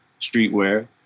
streetwear